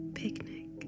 picnic